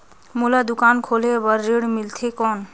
मोला दुकान खोले बार ऋण मिलथे कौन?